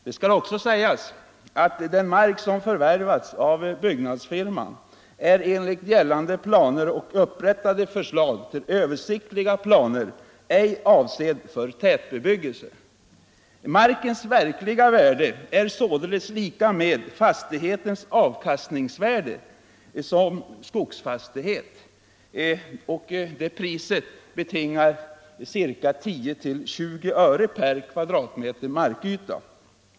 Det skall också sägas att den mark som förvärvats av byggnadsfirman enligt gällande planer och upprättade förslag till översiktliga planer ej är avsedd för tätbebyggelse. Markens verkliga värde är således lika med fastighetens avkastningsvärde såsom skogsfastighet, eller 10-20 öre per m? markyta.